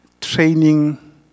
training